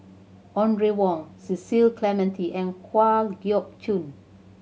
Audrey Wong Cecil Clementi and Kwa Geok Choo